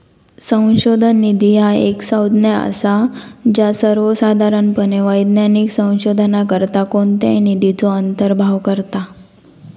संशोधन निधी ह्या एक संज्ञा असा ज्या सर्वोसाधारणपणे वैज्ञानिक संशोधनाकरता कोणत्याही निधीचो अंतर्भाव करता